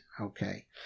Okay